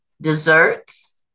desserts